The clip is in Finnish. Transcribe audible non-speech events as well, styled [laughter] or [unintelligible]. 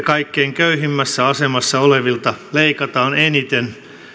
[unintelligible] kaikkein köyhimmässä asemassa olevilta leikataan eniten